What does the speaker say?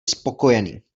spokojený